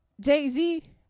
jay-z